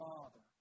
Father